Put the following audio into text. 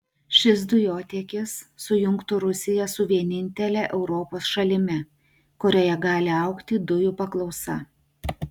šis dujotiekis sujungtų rusiją su vienintele europos šalimi kurioje gali augti dujų paklausa